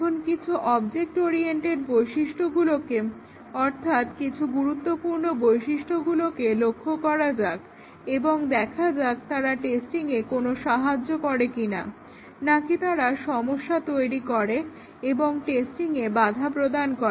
এখন কিছু object oriented বৈশিষ্ট্যগুলোকে অর্থাৎ কিছু গুরুত্বপূর্ণ বৈশিষ্ট্যগুলোকে লক্ষ্য করা যাক এবং দেখা যাক তারা টেস্টিংয়ে কোনো সাহায্য করে কিনা নাকি তারা সমস্যা তৈরি করে এবং টেস্টিংয়ে বাধা প্রদান করে